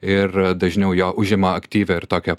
ir dažniau jo užima aktyvią ir tokią